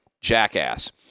jackass